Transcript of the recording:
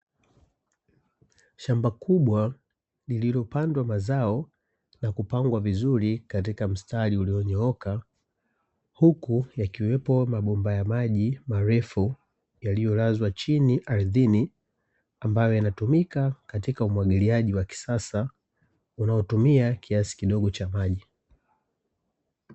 Shamba kubwa lililopandwa mazao na kupangwa vizuri katika mstari ulionyooka, huku yakiwepo mabomba ya maji marefu yaliyolazwa chini ardhini ambayo yanatumika katika umwagiliaji wa kisasa unaotumia kiasi kidogo cha maji.